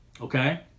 okay